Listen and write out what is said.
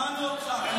שמענו אותך.